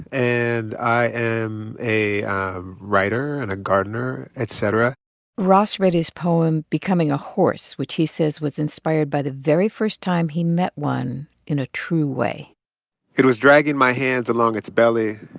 and i am a writer and a gardener, etc ross read his poem becoming a horse, which he says was inspired by the very first time he met one in a true way it was dragging my hands along its belly,